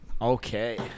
okay